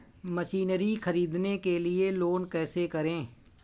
Machinery ख़रीदने के लिए लोन कैसे करें?